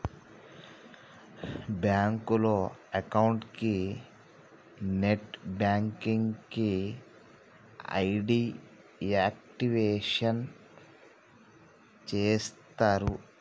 బ్యాంకులో అకౌంట్ కి net banking కి ఐడి యాక్టివేషన్ చేస్తరు